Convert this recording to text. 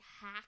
hack